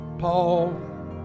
Paul